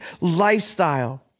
lifestyle